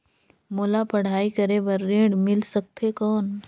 मोला पढ़ाई करे बर ऋण मिलथे कौन?